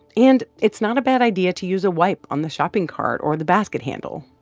and it's not a bad idea to use a wipe on the shopping cart or the basket handle.